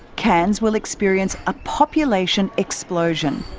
cairns will experience a population explosion.